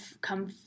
come